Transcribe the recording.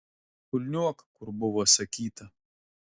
kulniuok kur buvo sakyta